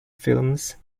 films